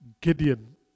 Gideon